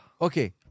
Okay